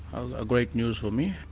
ah great news for me.